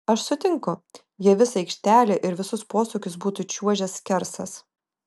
aš sutinku jei visą aikštelę ir visus posūkius būtų čiuožęs skersas